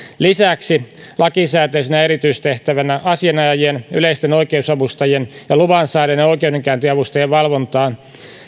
lisäksi lakisääteisenä erityistehtävänä asianajajien yleisten oikeusavustajien ja luvan saaneiden oikeudenkäyntiavustajien valvonta